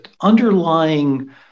underlying